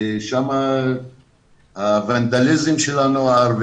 שם נתקלים בוונדליזם של הנוער.